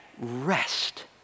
rest